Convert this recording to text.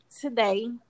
today